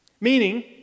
Meaning